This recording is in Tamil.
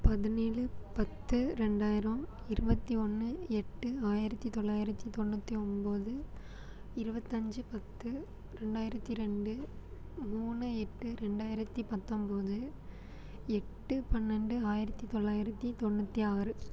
பதினேழு பத்து ரெண்டாயிரம் இருபத்தி ஒன்று எட்டு ஆயிரத்தி தொள்ளாயிரத்தி தொண்ணூற்றி ஒம்பது இருபத்தஞ்சு பத்து ரெண்டாயிரத்தி ரெண்டு மூணு எட்டு ரெண்டாயிரத்தி பத்தொம்பது எட்டு பன்ரென்டு ஆயிரத்தி தொள்ளாயிரத்தி தொண்ணூற்றி ஆறு